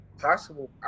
possible